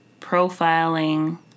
profiling